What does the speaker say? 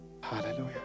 Hallelujah